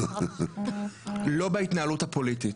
לא בהתנהלות הפוליטית.